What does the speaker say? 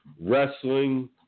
wrestling